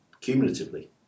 cumulatively